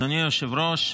אדוני היושב-ראש,